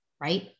right